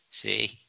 See